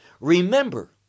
remember